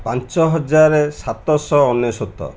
ପାଞ୍ଚ ହଜାର ସାତଶହ ଅନେଶ୍ୱତ